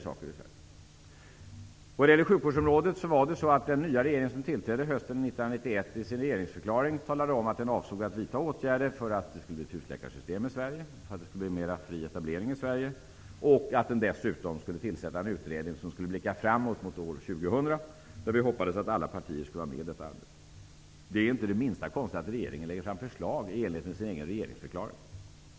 När det gäller sjukvårdsområdet talade den nya regering som tillträdde hösten 1991 i sin regeringsförklaring om att den avsåg att vidta åtgärder för att man skulle införa ett husläkarsystem i Sverige och för att det skulle bli mera av fri etablering i Sverige. Dessutom avsåg regeringen att tillsätta en utredning som skulle blicka framåt mot år 2000. Vi hoppades att alla partier skulle vara med i detta arbete. Det är inte det minsta konstigt att regeringen lägger fram förslag i enlighet med sin egen regeringsförklaring.